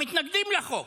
מתנגדים לחוק.